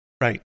right